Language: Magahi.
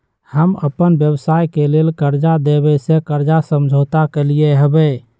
हम अप्पन व्यवसाय के लेल कर्जा देबे से कर्जा समझौता कलियइ हबे